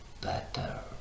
better